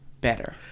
Better